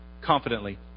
confidently